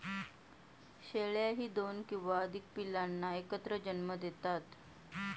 शेळ्याही दोन किंवा अधिक पिल्लांना एकत्र जन्म देतात